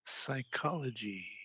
Psychology